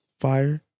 Fire